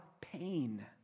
pain